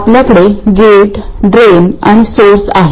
आपल्याकडे gate drain आणि source आहे